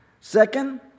Second